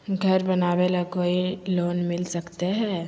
घर बनावे ले कोई लोनमिल सकले है?